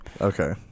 Okay